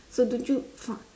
so don't you fi~